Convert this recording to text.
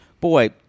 Boy